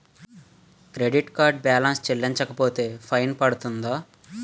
Credit card balance చెల్లించకపోతే fine పడ్తుంద?